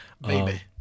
baby